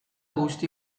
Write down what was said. guzti